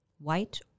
white